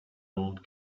old